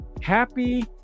happy